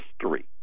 history